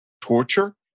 torture